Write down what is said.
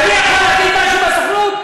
אני יכול להגיד משהו בסוכנות?